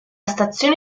stazione